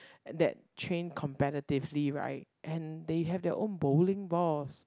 and that train competitively right and they have their own bowling balls